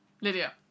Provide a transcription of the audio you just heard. Lydia